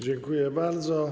Dziękuję bardzo.